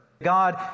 God